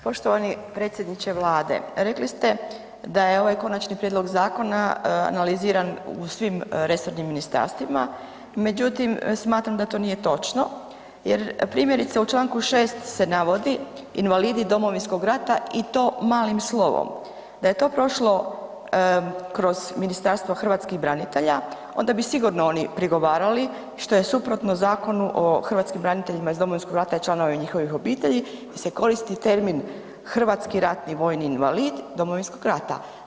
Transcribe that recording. Poštovani predsjedniče Vlade rekli ste da je ovaj konačni prijedlog zakona analiziran u svim resornim ministarstvima, međutim smatram da to nije točno jer primjerice u Članku 6. se navodi invalidi Domovinskom rata i to malim slovom, da je to prošlo kroz Ministarstvo hrvatskih branitelja onda bi sigurno oni prigovarali što je suprotno Zakonu o hrvatskim braniteljima iz Domovinskog rata i članova njihovih obitelji se koristi termin hrvatski ratni vojni invalid Domovinskog rata.